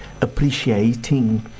appreciating